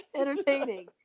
Entertaining